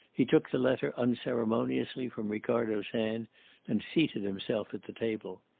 he took the letter unceremoniously from ricardo's hand and seated himself at the table.